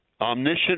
omniscient